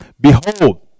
Behold